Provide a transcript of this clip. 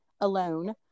alone